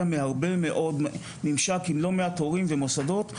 מלא מעט ממשקים מלא מעט הורים ומוסדות.